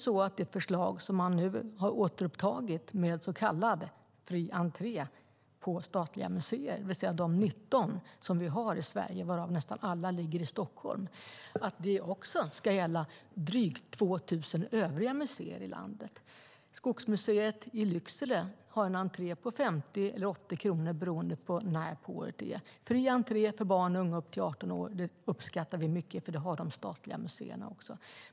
Ska det förslag som man nu har återupptagit med så kallad fri entré på statliga museer, det vill säga de 19 som vi har i Sverige och varav nästan alla ligger i Stockholm, också gälla de drygt 2 000 övriga museerna i landet? Skogsmuseet i Lycksele har en entré på 50 eller 80 kronor beroende på när på året det är och fri entré för barn och unga upp till 18 år. Det uppskattar vi mycket, för det har de statliga museerna också.